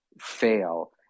fail